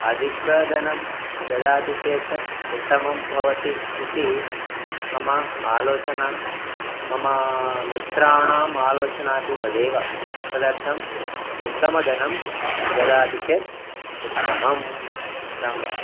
अधिकधनं ददति चेत् उत्तमं भवति इति मम आलोचना मम मित्राणाम् आलोचनापि तदेव तदर्थम् उत्तमधनं ददाति चेत् उत्तमं रामः रामः